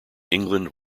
england